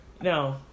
No